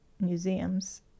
museums